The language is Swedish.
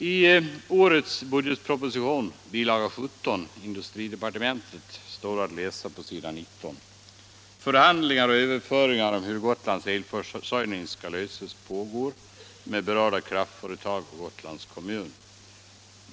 I årets budgetproposition, bilaga 17, industridepartementet, stod att läsa på s. 19: ”Förhandlingar och överläggningar om hur Gotlands elförsörjning skall lösas pågår med berörda kraftföretag och Gotlands kommun.